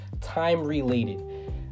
time-related